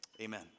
Amen